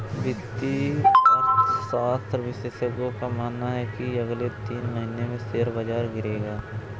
वित्तीय अर्थशास्त्र विशेषज्ञों का मानना है की अगले तीन महीने में शेयर बाजार गिरेगा